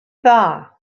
dda